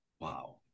Wow